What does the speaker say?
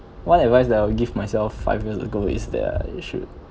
what advice that I would give myself five years ago is that uh I should